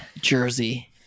jersey